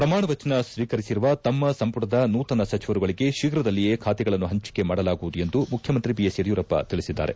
ಪ್ರಮಾಣ ವಚನ ಸ್ವೀಕರಿಸಿರುವ ತಮ್ಮ ಸಂಪುಟದ ನೂತನ ಸಚಿವರುಗಳಿಗೆ ಶೀಘ್ರದಲ್ಲಿಯೇ ಬಾತೆಗಳನ್ನು ಪಂಚಿಕೆ ಮಾಡಲಾಗುವುದು ಎಂದು ಮುಖ್ಯಮಂತ್ರಿ ಬಿಎಸ್ ಯಡಿಯೂರಪ್ಪ ತಿಳಿಸಿದ್ದಾರೆ